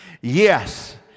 Yes